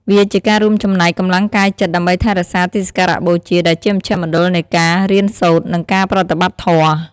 វាជាការរួមចំណែកកម្លាំងកាយចិត្តដើម្បីថែរក្សាទីសក្ការបូជា ដែលជាមជ្ឈមណ្ឌលនៃការរៀនសូត្រ និងការប្រតិបត្តិធម៌។